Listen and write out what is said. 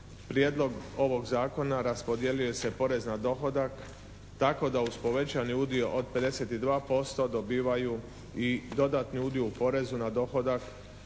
prijedlog ovog zakona raspodijelio se porez na dohodak tako da uz povećani udio od 52% dobivaju i dodatni udio u porezu na dohodak